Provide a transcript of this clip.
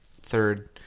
third